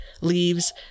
leaves